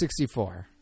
64